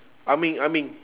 ah ming ah ming